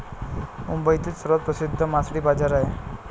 मुंबईतील सर्वात प्रसिद्ध मासळी बाजार आहे